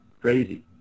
crazy